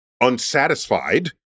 unsatisfied